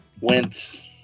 went –